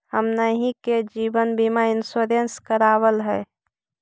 हमनहि के जिवन बिमा इंश्योरेंस करावल है?